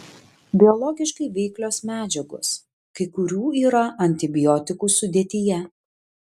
biologiškai veiklios medžiagos kai kurių yra antibiotikų sudėtyje